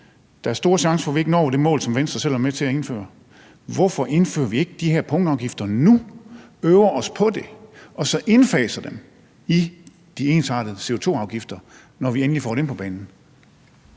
der er store chancer for, at vi ikke når det mål, som Venstre selv har været med til at indføre. Hvorfor indfører vi ikke de her punktafgifter nu – øver os på det – og så indfaser dem i de ensartede CO2-afgifter, når vi endelig får dem på banen?